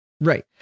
Right